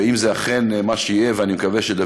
ואם זה אכן מה שיהיה, ואני מקווה שחבר